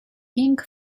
pink